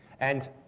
and